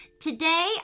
Today